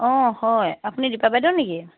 অঁ হয় আপুনি দীপা বাইদেউ নেকি